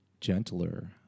gentler